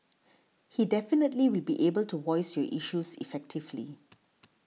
he definitely will be able to voice your issues effectively